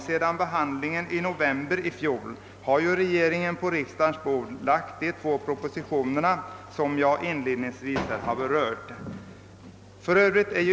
Sedan riksdagsbehandlingen av ärendet i november i fjol har regeringen på riksdagens bord lagt de två propositioner som jag inledningsvis har berört.